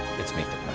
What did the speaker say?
it's meet the